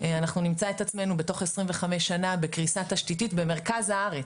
אנחנו נמצא את עצמנו בתוך 25 שנה בקריסה תשתיתית במרכז הארץ.